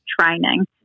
training